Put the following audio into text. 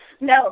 No